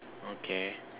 okay